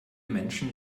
menschen